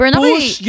push